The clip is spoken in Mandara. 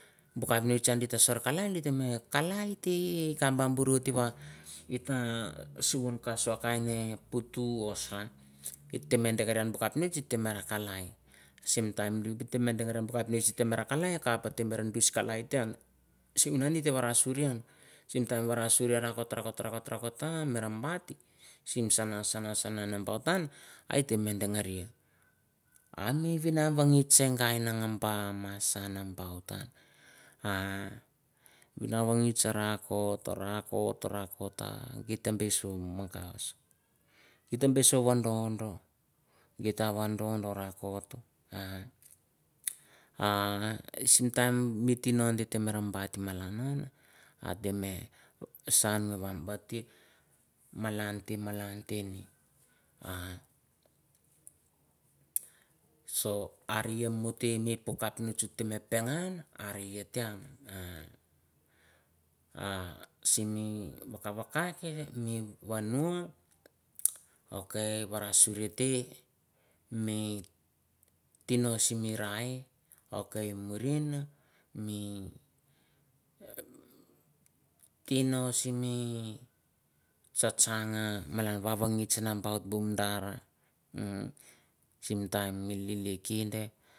Bu kapinots an di ta sor kalai di te me kalai te kap ba bur oit va it ta suvan ka sua kaine putu o sa it te me ra dengari an bu kapinots et te me ra kalai, sim taim di te me dengari bu kapinots di te ra kalai akap it te bor ra dius kalai te an. Sivunan i te varasuri taim varasuri rakot rakot rakot ra mat sim sana sana sana nambaut an, a et te me dengaria, a mi vinavangits se gai mangaba ma sa nambaut an, ahh vinagaits rakot rakot rakot a geit te be so mogos, geit te be so vodondo, geit ta vadondo rakot a hah sim taim mi tino an te te me ra bait malan an, ate me saun nge vambatia malan te malan te ni ahh'so are ia mo te mi puk kapinots ot me pengan are ia te an. A simi vakavake mi vano ok varasuria te mi tino simi rai, ok murin mi tino simi tsa tsang navangits nambaut bu mandar sim taim mi lili kinde.